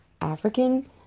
African